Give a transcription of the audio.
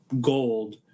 gold